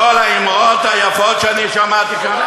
כל האמרות היפות שאני שמעתי כאן,